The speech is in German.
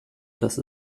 dass